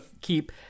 keep